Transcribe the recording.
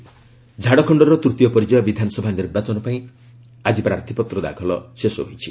Jharkhand nomination ଝାଡ଼ଖଣ୍ଡର ତୂତୀୟ ପର୍ଯ୍ୟାୟ ବିଧାନସଭା ନିର୍ବାଚନ ପାଇଁ ଆଜି ପ୍ରାର୍ଥୀପତ୍ର ଦାଖଲ ଶେଷ ହୋଇଛି